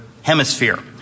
hemisphere